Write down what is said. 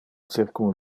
circum